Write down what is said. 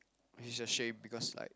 he's ashamed because like